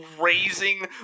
raising